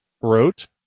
wrote